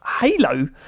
Halo